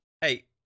Hey